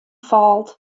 falt